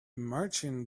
marching